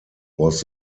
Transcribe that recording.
was